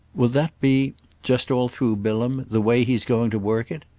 will that be just all through bilham the way he's going to work it?